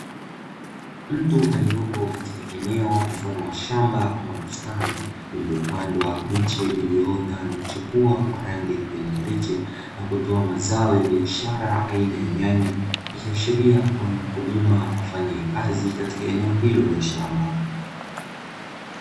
Mtu aliyepo katika eneo mfano wa shamba au bustani, imepandwa miche iliyoota na kuchipua kwa rangi ya kijani kibichi, na kutoa mazao ya biashara aina nyanya hizo ikiashiria kwa mkulima afanyie kazi katika eneo hilo la shamba.